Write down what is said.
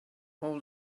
all